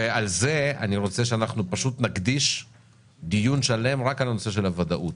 על זה אני רוצה שאנחנו נקדיש דיון שלם רק על הנושא של הוודאות,